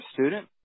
student